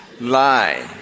lie